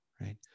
right